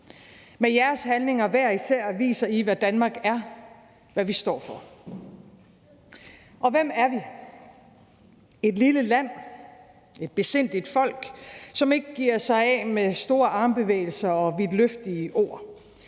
Med jeres handlinger – hver især – viser I, hvad Danmark er, og hvad vi står for. Hvem er vi? Vi er et lille land, et besindigt folk, som ikke giver sig af med store armbevægelser og vidtløftige ord.